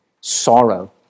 sorrow